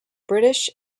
british